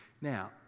Now